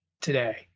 today